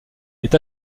est